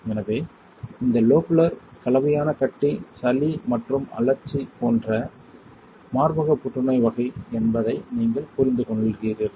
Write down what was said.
எனவே இந்த லோபுலர் கலவையான கட்டி சளி மற்றும் அழற்சி போன்றவை மார்பக புற்றுநோய் வகை என்பதை நீங்கள் புரிந்துகொள்கிறீர்கள்